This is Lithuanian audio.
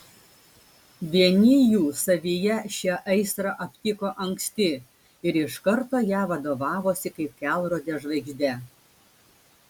vieni jų savyje šią aistrą aptiko anksti ir iš karto ja vadovavosi kaip kelrode žvaigžde